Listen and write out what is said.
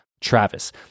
Travis